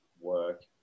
work